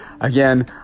again